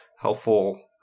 helpful